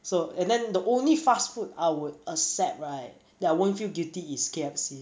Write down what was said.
so and then the only fast food I would accept right that I won't feel guilty is K_F_C